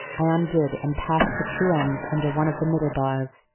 i undid and passed the two ends under one of the middle bars,